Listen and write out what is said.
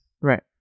Right